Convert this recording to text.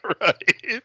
Right